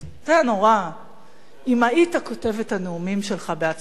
זה היה נורא אם היית כותב את הנאומים שלך בעצמך,